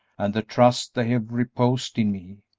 and the trust they have reposed in me.